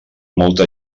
molta